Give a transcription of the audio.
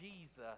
Jesus